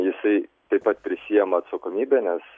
jisai taip pat prisiėma atsakomybę nes